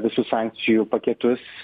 visus sankcijų paketus